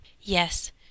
Yes